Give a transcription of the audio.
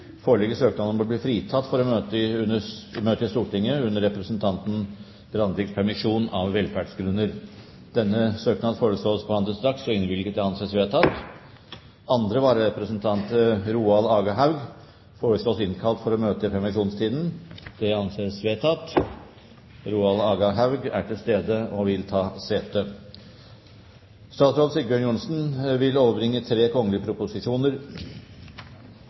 foreligger søknad om å bli fritatt for å møte i Stortinget under representanten Tove Linnea Brandviks permisjon, av velferdsgrunner. Etter forslag fra presidenten ble enstemmig besluttet: Søknaden behandles straks og innvilges. Andre vararepresentant for Hordaland fylke, Roald Aga Haug, innkalles for å møte i permisjonstiden. Roald Aga Haug er til stede og vil ta sete. Representanten Borghild Tenden vil